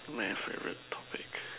my favourite topic